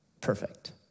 perfect